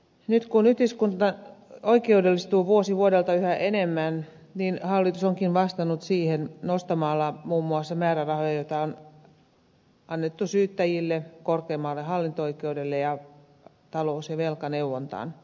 nyt kun yhteiskunta oikeudellistuu vuosi vuodelta yhä enemmän hallitus onkin vastannut siihen nostamalla muun muassa määrärahoja joita on annettu syyttäjille korkeimmalle hallinto oikeudelle ja talous ja velkaneuvontaan